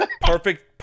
perfect